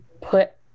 put